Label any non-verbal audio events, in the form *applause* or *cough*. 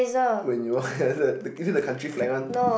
when you *laughs* the the is it the country flag one